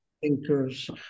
thinkers